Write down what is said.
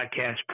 podcast